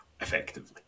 effectively